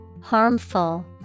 Harmful